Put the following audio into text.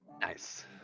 Nice